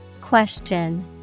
Question